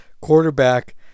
quarterback